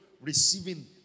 receiving